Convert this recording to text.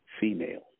female